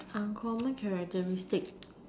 uncommon characteristic